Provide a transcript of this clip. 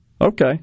Okay